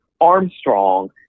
Armstrong